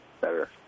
better